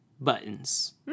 buttons